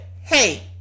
hey